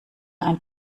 ein